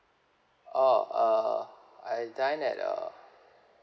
oh uh I dine at uh